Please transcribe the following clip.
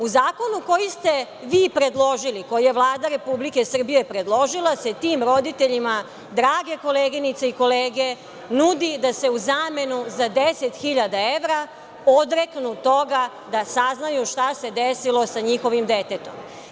U zakonu koji ste vi predložili, koji je Vlada Republike Srbije predložila, se tim roditeljima, drage koleginice i kolege, nudi da se u zamenu za 10.000 evra odreknu toga da saznaju šta se desilo sa njihovim detetom.